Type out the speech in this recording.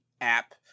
app